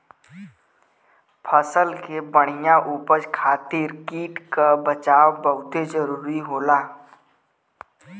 फसल के बढ़िया उपज खातिर कीट क बचाव बहुते जरूरी होला